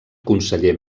conseller